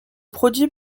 produit